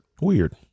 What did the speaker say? Weird